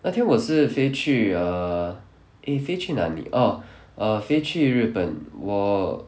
那天我是飞去 err eh 飞去哪里 orh err 飞去日本我